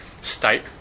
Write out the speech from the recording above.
state